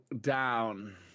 down